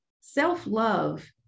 Self-love